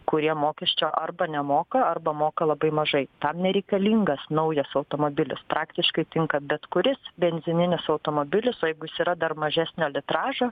kurie mokesčio arba nemoka arba moka labai mažai tam nereikalingas naujas automobilis praktiškai tinka bet kuris benzininis automobilis o jeigu jis yra dar mažesnio litražo